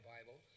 Bible